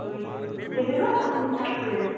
سُے تُہۍ ہیٚکوٕ اَسہ اَتھ منٛز ہٮ۪لپ کٔرِتھ